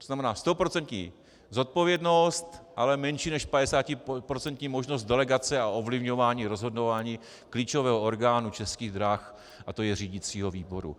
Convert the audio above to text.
To znamená stoprocentní zodpovědnost, ale menší než 50procentní možnost delegace a ovlivňování rozhodování klíčového orgánu Českých drah, to je řídicího výboru.